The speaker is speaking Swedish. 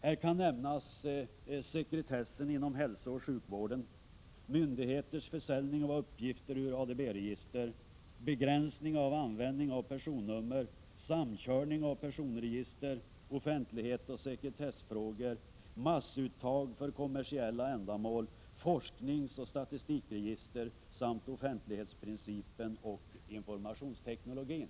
Här kan nämnas sekretessen inom hälsooch sjukvården, myndigheters försäljning av uppgifter ur ADB-register, begränsning av användning av personnummer, samkörning av personregister, offentlighet och sekretessfrågor, massuttag för kommersiella ändamål, forskningsoch statistikregister samt offentlighetsprincipen och informationsteknologin.